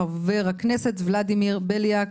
חבר הכנסת ולדימיר בליאק.